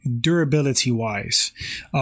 durability-wise